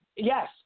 Yes